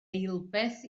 eilbeth